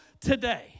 today